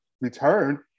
return